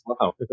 Wow